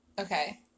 Okay